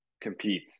compete